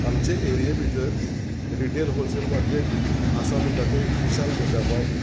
आमचे एरिये भितर रिटेल होलसेल मार्केट आसा म्हणटा ते एक विशाल मेगामार्ट